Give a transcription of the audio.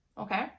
Okay